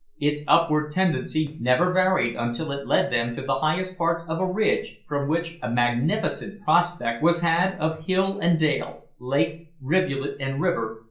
its upward tendency never varied until it led them to the highest parts of a ridge from which a magnificent prospect was had of hill and dale, lake, rivulet and river,